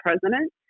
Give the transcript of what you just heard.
president